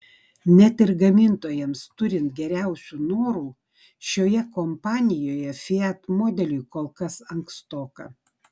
net ir gamintojams turint geriausių norų šioje kompanijoje fiat modeliui kol kas ankstoka